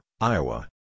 Iowa